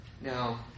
Now